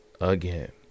again